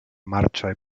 marĉoj